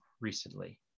recently